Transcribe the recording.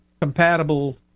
compatible